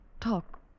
Talk